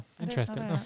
interesting